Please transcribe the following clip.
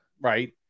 Right